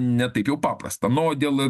ne taip jau paprasta nu o dėl